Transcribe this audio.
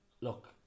look